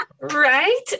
Right